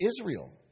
Israel